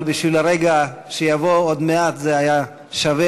אבל בשביל הרגע שיבוא עוד מעט זה היה שווה.